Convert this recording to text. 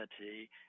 identity